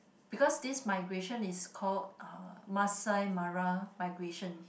because this migration is called Masai-Mara Migration